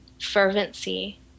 fervency